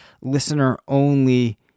listener-only